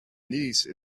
niece